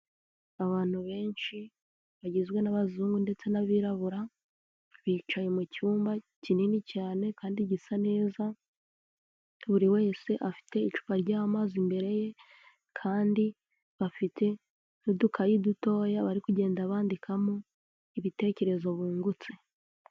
Abantu benshi bagizwe n'abazungu ndetse n'abirabura, bicaye mu cyumba kinini cyane kandi gisa neza, buri wese afite icupa ry'amazi imbere ye kandi bafite n'udukayi dutoya bari kugenda bandikamo ibitekerezo bungutse.